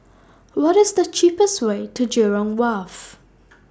What IS The cheapest Way to Jurong Wharf